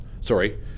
Sorry